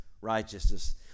righteousness